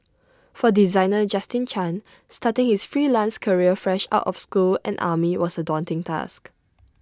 for designer Justin chan starting his freelance career fresh out of school and army was A daunting task